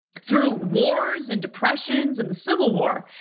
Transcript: through wars, and depressions, and the civil war,